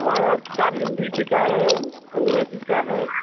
हाँ और किताब हिंदी की चाहे अंग्रेजी चाहे